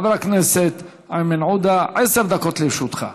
חבר הכנסת איימן עודה, עשר דקות לרשותך.